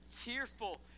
tearful